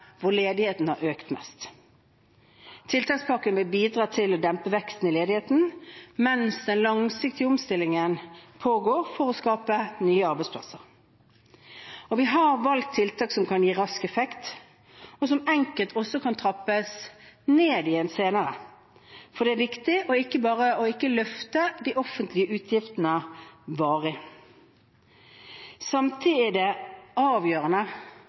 hvor ledigheten har økt mest. Tiltakspakken vil bidra til å dempe veksten i ledigheten mens den langsiktige omstillingen for å skape nye arbeidsplasser pågår. Vi har valgt tiltak som kan gi rask effekt, og som også enkelt kan trappes ned igjen senere – for det er viktig ikke å løfte de offentlige utgiftene varig. Samtidig er det avgjørende